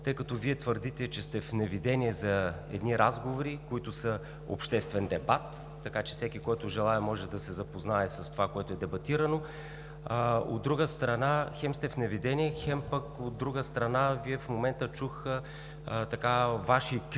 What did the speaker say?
тъй като Вие твърдите, че сте в неведение за едни разговори, които са обществен дебат, така че всеки, който желае, може да се запознае с това, което е дебатирано. Хем сте в неведение, хем пък, от друга страна, в момента чух Ваши критики